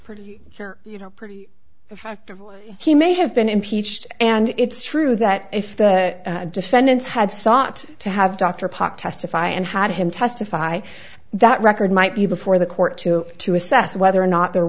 know pretty effective he may have been impeached and it's true that if the defendants had sought to have dr pock testify and had him testify that record might be before the court too to assess whether or not there